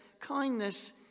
kindness